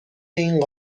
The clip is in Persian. این